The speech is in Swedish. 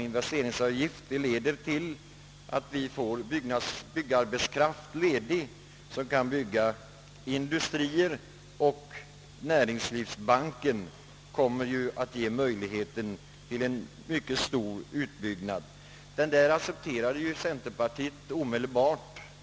Investeringsavgiften kommer att leda till att vi får byggarbetskraft ledig som kan bygga industrier, och näringslivsbankens tillkomst kommer att ge möjlighet till en mycket stor utbyggnad. Det där accepterade centerpartiet omedelbart.